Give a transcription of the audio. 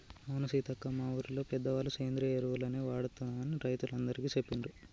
అవును సీతక్క మా ఊరిలో పెద్దవాళ్ళ సేంద్రియ ఎరువులనే వాడమని రైతులందికీ సెప్పిండ్రు